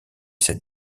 cette